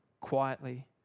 Quietly